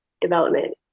development